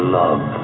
love